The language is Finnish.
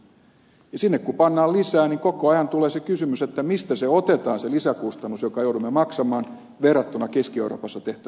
sinne kun pannaan lisää niin koko ajan tulee se kysymys mistä otetaan se lisäkustannus jonka joudumme maksamaan verrattuna keski euroopassa tehtävään tuotantoon